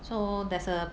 so there's a